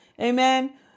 Amen